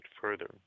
further